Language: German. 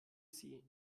sie